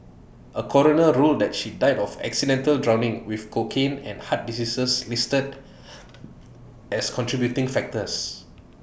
A coroner ruled that she died of accidental drowning with cocaine and heart diseases listed as contributing factors